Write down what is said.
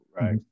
Right